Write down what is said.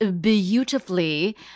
beautifully